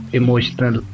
emotional